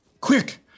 Quick